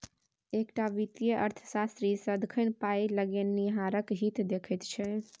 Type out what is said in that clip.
एकटा वित्तीय अर्थशास्त्री सदिखन पाय लगेनिहारक हित देखैत छै